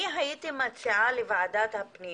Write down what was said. אני הייתי מציעה לוועדת הפנים